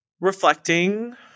reflecting